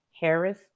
Harris